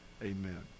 Amen